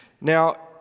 Now